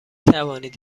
توانید